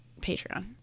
Patreon